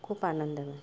खूप आनंद मिळतो